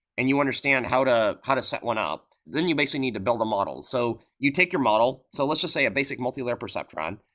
and you understand how to how to set one up, then you basically need to build the model so you take your model, so let's just say a basic multi-layer perceptron,